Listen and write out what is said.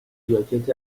ژاکت